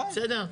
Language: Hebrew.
בסדר?